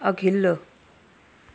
अघिल्लो